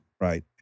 Right